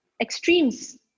extremes